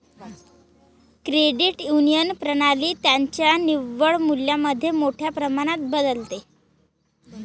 credit union प्रणाली त्यांच्या निव्वळ मूल्यामध्ये मोठ्या प्रमाणात बदलते